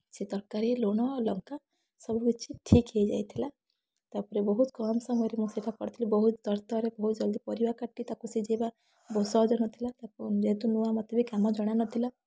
ସେ ତରକାରୀ ରେ ଲୁଣ ଲଙ୍କା ସବୁ କିଛି ଠିକ୍ ହେଇଯାଇଥିଲା ତା ପରେ ବହୁତ କମ୍ ସମୟରେ ମୁଁ ସେଇଟା କରିଥିଲି ବହୁତ ତରତରରେ ବହୁତ ଜଲଦି ପରିବା କାଟି ତାକୁ ସିଝେଇବା ବହୁତ ସହଜ ନଥିଲା ତାକୁ ଯେହେତୁ ନୂଆ ମତେ ବି କାମ ଜଣା ନଥିଲା